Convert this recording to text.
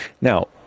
now